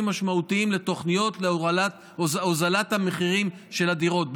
משמעותיים לתוכניות להורדת המחירים של הדירות,